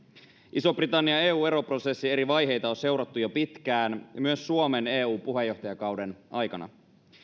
ison britannian eu eroprosessin eri vaiheita on seurattu jo pitkään myös suomen eu puheenjohtajakauden aikana